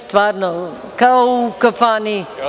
Stvarno, kao u kafani.